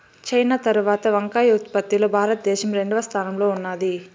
China తరవాత వంకాయ ఉత్పత్తి లో భారత దేశం రెండవ స్థానం లో ఉన్నాది